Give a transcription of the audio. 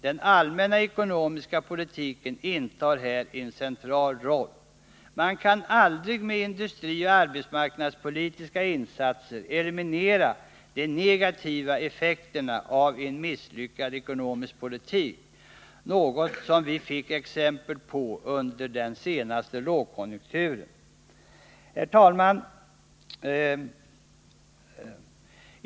Den allmänna ekonomiska politiken intar här en central roll. Man kan aldrig med industrioch arbetsmarknadspolitiska insatser eliminera de negativa effek terna av en misslyckad ekonomisk politik, något som vi fick exempel på under den senaste lågkonjunkturen. Fru talman!